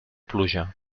pluja